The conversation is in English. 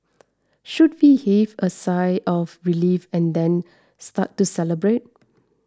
should we heave a sigh of relief and then start to celebrate